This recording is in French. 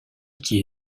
qui